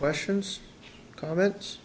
questions comments